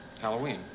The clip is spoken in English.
Halloween